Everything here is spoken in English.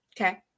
Okay